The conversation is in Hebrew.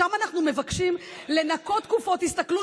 שם אנחנו מבקשים לנכות תקופות,